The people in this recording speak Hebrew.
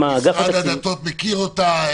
משרד הדתות מכיר אותה?